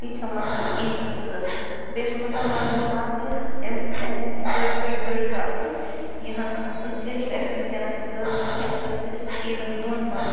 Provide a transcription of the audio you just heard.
ییٖتیا ہو منٛز عیٖدٕ زٕ بیٚیہِ چھُ مسلمان باقٕے امہِ امہِ بٔڑۍ بٔڑۍ بٔڑۍ دۄہ آسن یِہنٛز زخیٖرٕ اَسہِ ونۍ کٮ۪نس کٔر نہٕ کیٚنٛہہ اَسہٕ کٔر صِرف عٮیٖدن دۄن ہٕنٛز